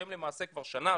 שהם למעשה כבר שנה,